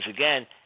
again